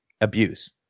abuse